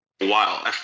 Wow